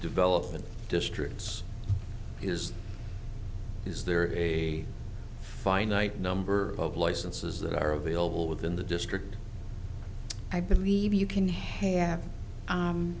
development districts is is there a finite number of licenses that are available within the district i believe you can have